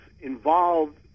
involved